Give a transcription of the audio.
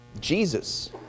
Jesus